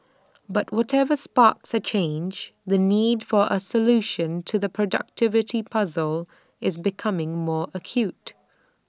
but whatever sparks A change the need for A solution to the productivity puzzle is becoming more acute